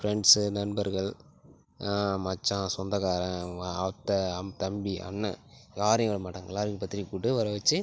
friends நண்பர்கள் மச்சான் சொந்தக்காரன் அத்த தம்பி அண்ணன் யாரையும் விடமாட்டாங்க எல்லாரையும் பத்திரிக்கை கூப்பிட்டு வரவச்சி